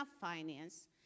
finance